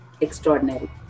extraordinary